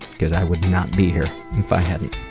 because i would not be here if i hadn't.